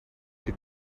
que